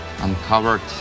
uncovered